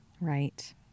Right